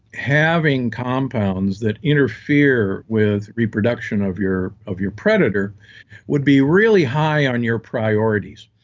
having compounds that interfere with reproduction of your of your predator would be really high on your priorities.